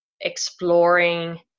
exploring